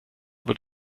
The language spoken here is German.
wird